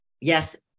yes